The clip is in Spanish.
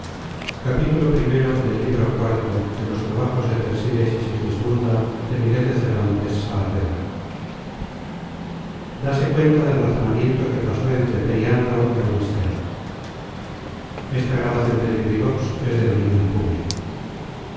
dase cuenta del razonamiento que pasó entre periandro y auristela